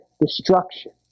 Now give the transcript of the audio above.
destruction